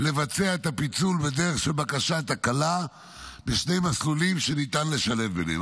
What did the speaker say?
לבצע את הפיצול בדרך של בקשת הקלה בשני מסלולים שניתן לשלב ביניהם.